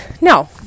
no